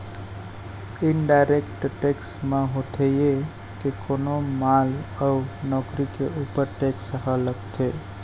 indirect tax म होथे ये के कोनो माल अउ नउकरी के ऊपर टेक्स ह लगथे